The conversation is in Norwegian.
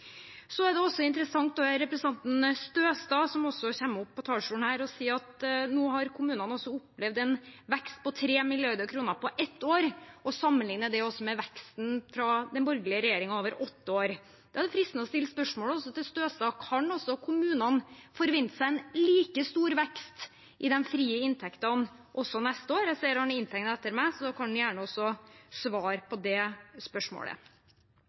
Det var interessant å høre representanten Rune Støstad, som også kommer opp på talerstolen snart, si at kommunene nå har opplevd en vekst på 3 mrd. kr på ett år, og at han sammenliknet det med veksten under den borgerlige regjeringen over åtte år. Da er det fristende å stille spørsmålet til Støstad også: Kan kommunene forvente seg en like stor vekst i de frie inntektene også neste år? Jeg ser at Støstad skal holde innlegg etter meg, så kan han gjerne svare på det spørsmålet